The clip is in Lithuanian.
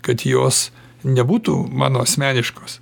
kad jos nebūtų mano asmeniškos